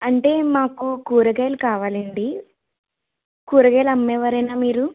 అంటే మాకు కూరగాయలు కావాలి అండి కూరగాయలు అమ్మేవారా మీరు